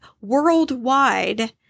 worldwide